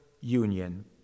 union